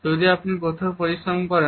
যদি আপনি কঠোর পরিশ্রম করেন